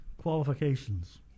qualifications